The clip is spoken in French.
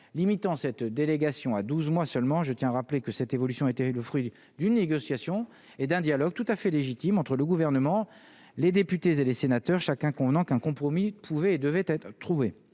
limitant cette délégation à 12 mois seulement, je tiens à rappeler que cette évolution était le fruit d'une négociation et d'un dialogue tout à fait légitime entre le gouvernement, les députés et les sénateurs chacun convenant qu'un compromis pouvait et devait être trouvée,